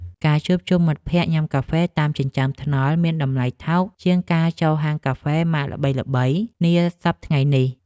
ការជួបជុំមិត្តភក្តិញ៉ាំកាហ្វេតាមចិញ្ចើមថ្នល់មានតម្លៃថោកជាងការចូលហាងកាហ្វេម៉ាកល្បីៗនាសព្វថ្ងៃនេះ។